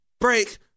break